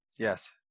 Yes